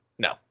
No